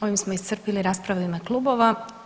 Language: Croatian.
Ovim smo iscrpili rasprave u ime klubova.